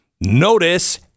Notice